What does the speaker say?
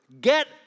get